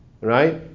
right